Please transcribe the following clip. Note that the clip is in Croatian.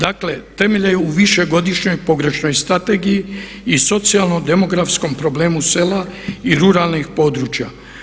Dakle temelj je u višegodišnjoj pogrešnoj strategiji i socijalno demografskom problemu sela i ruralnih područja.